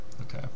Okay